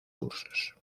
cursos